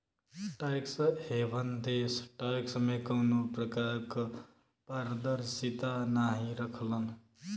tax haven देश tax में कउनो प्रकार क पारदर्शिता नाहीं रखलन